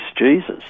Jesus